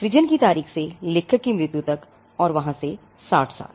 सृजन की तारीख से लेखक की मृत्यु तक और वहाँ से 60 साल